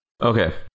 Okay